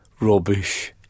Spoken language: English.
rubbish